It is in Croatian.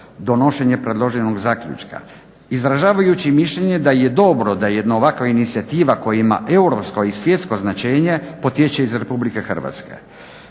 donošenje predloženog zaključka izražavajući mišljenje da je dobro da jedna ovakva inicijativa koja ima europsko i svjetsko značenje potječe iz RH.